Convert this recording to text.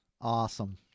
awesome